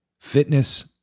fitness